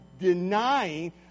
denying